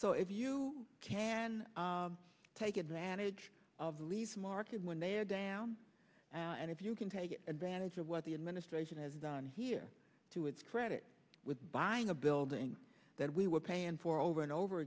so if you can take advantage of the lease market when they are down and if you can take advantage of what the administration has done here to its credit with buying a building that we were paying for over and over